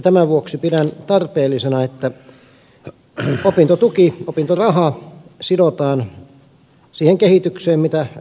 tämän vuoksi pidän tarpeellisena että opintotuki opintoraha sidotaan siihen kehitykseen jota esimerkiksi kansaneläke seuraa